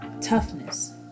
toughness